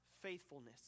faithfulness